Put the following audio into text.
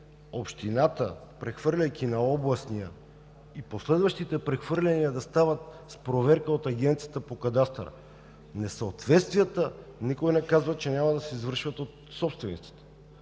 общината, прехвърляйки на областния управител, и последващите прехвърляния да стават с проверка от Агенцията по кадастър. Несъответствията никой не казва, че няма да се извършват от собствениците.